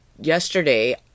yesterday